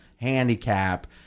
handicap